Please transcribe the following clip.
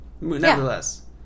Nevertheless